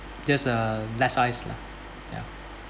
just uh less ice lah ya